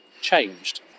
changed